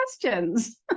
questions